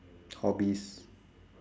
hobbies